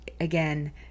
again